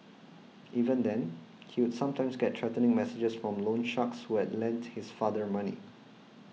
even then he would sometimes get threatening messages from loan sharks who had lent his father money